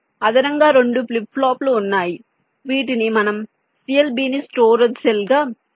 అదనంగా రెండు ఫ్లిప్ ఫ్లాప్లు ఉన్నాయి వీటిని మనం CLB ని స్టోరేజ్ సెల్ గా కూడా ఉపయోగించవచ్చు